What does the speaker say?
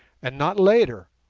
and not later,